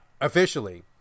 officially